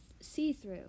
see-through